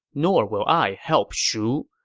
nor will i help shu.